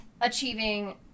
achieving